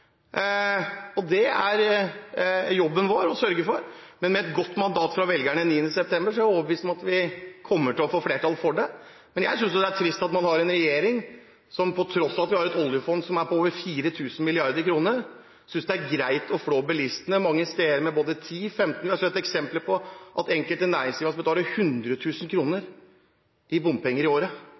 Det er det jobben vår å sørge for. Med et godt mandat fra velgerne den 9. september er jeg overbevist om at vi kommer til å få flertall for det. Men jeg synes jo det er trist at vi har en regjering som, på tross av at vi har et oljefond som er på over 4 000 mrd. kr, synes det er greit å flå bilistene mange steder med både 10 og 15 kr. Jeg har sett eksempler på at enkelte næringsdrivende betaler 100 000 kr i bompenger i året.